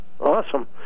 awesome